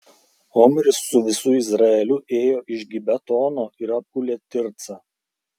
omris su visu izraeliu ėjo iš gibetono ir apgulė tircą